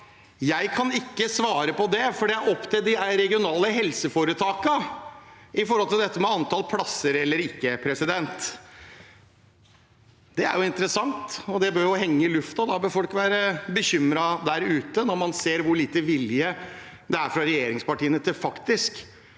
Jeg kan ikke svare på det, for det er opp til de regionale helseforetakene – når det gjaldt dette med antall plasser eller ikke. Det er jo interessant, og det bør henge i luften. Da bør folk være bekymret der ute, når man ser hvor lite vilje det er fra regjeringspartiene til faktisk